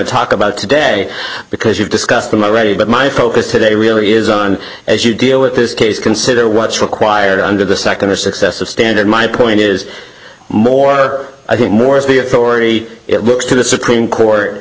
talk about today because you've discussed them are ready but my focus today really is on as you deal with this case consider what's required under the second or successive standard my point is more i think more is be a story it looks to the supreme court